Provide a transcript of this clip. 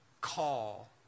call